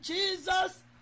Jesus